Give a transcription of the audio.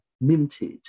minted